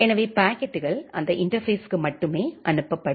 எனவே பாக்கெட்டுகள் அந்த இன்டர்பேஸ்ஸிற்கு மட்டுமே அனுப்பப்படும்